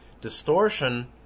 distortion